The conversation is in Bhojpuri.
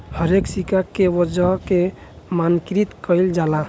हरेक सिक्का के वजन के मानकीकृत कईल जाला